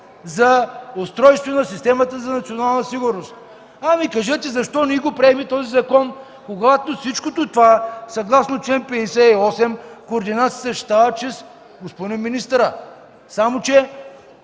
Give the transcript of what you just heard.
за устройство на системата за национална сигурност. Хайде ми кажете защо ние приехме този закон, когато всичко това, съгласно чл. 58, координацията ще става чрез господин министъра. Само че